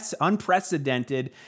unprecedented